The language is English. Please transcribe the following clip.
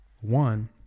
one